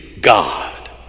God